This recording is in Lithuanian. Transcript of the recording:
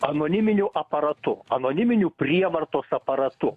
anoniminiu aparatu anoniminiu prievartos aparatu